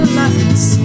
lights